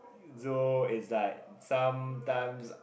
so it's like sometimes